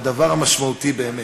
לדבר המשמעותי באמת.